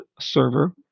server